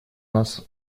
нас